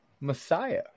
messiah